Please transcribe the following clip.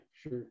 sure